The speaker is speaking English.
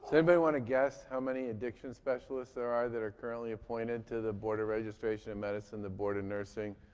anybody want to guess how many addiction specialists there are that are currently appointed to the board of registration of medicine, the board of nursing,